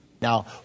Now